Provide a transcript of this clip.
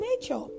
nature